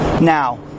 Now